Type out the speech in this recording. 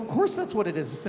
course that's what it is.